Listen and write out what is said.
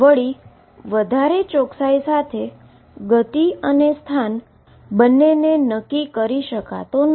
વળી વધારે ચોકસાઈ સાથે મોમેન્ટમ અને પોઝિશન બંનેને નક્કી કરી શકતો નથી